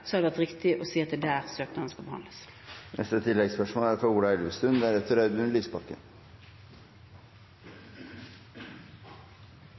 har det vært riktig å si at det er der søknaden skal behandles.